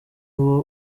uwo